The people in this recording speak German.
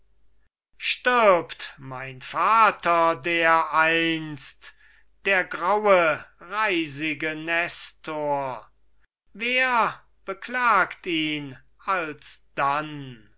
stirbt mein vater dereinst der graue reisige nestor wer beklagt ihn alsdann